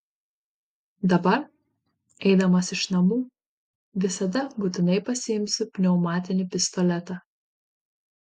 dabar eidamas iš namų visada būtinai pasiimsiu pneumatinį pistoletą